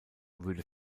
würde